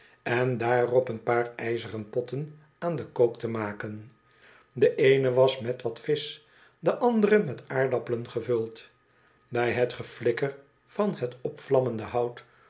en daarop een paar ijzeren potten aan de kook te maken de eene was mot wat visch de andere met aardappelen gevuld bij het geflikker van het opvlammende hout